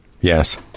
Yes